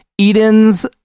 Eden's